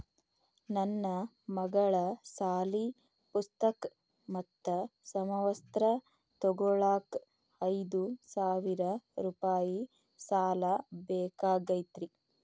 ನನ್ನ ಮಗಳ ಸಾಲಿ ಪುಸ್ತಕ್ ಮತ್ತ ಸಮವಸ್ತ್ರ ತೊಗೋಳಾಕ್ ಐದು ಸಾವಿರ ರೂಪಾಯಿ ಸಾಲ ಬೇಕಾಗೈತ್ರಿ